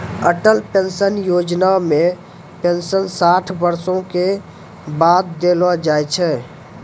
Atal pension Yojana मे pension साठ बरसो के बाद देलो जाय छै